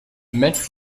met